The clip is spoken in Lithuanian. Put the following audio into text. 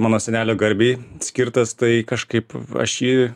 mano senelio garbei skirtas tai kažkaip aš jį